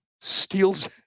steals